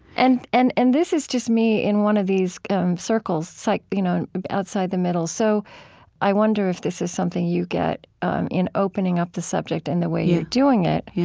and and and this is just me in one of these circles, like you know outside the middle. so i wonder if this is something you get in opening up the subject and the way you're doing it, yeah,